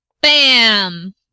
Bam